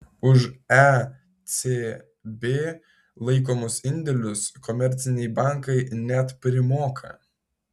už ecb laikomus indėlius komerciniai bankai net primoka